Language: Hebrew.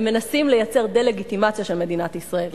הם מנסים לייצר דה-לגיטימציה של מדינת ישראל.